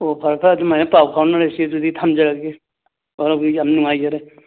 ꯑꯣ ꯐꯔꯦ ꯐꯔꯦ ꯑꯗꯨꯃꯥꯏꯅ ꯄꯥꯎ ꯐꯥꯎꯅꯔꯁꯤ ꯑꯗꯨꯗꯤ ꯊꯝꯖꯔꯒꯦ ꯋꯥꯔꯧꯕꯤꯅꯨ ꯌꯥꯝ ꯅꯨꯡꯉꯥꯏꯖꯔꯦ